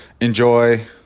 enjoy